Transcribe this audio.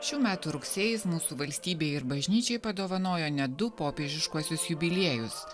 šių metų rugsėjis mūsų valstybei ir bažnyčiai padovanojo net du popiežiškuosius jubiliejus